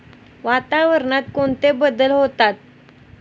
वातावरणात कोणते बदल होतात?